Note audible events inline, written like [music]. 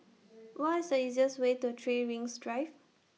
[noise] What IS The easiest Way to three Rings Drive